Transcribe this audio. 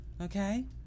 okay